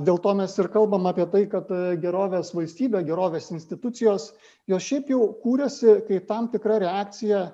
dėl to mes ir kalbam apie tai kad gerovės valstybė gerovės institucijos jos šiaip jau kūrėsi kaip tam tikra reakcija